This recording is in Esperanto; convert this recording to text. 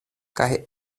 kaj